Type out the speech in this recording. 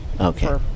Okay